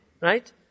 right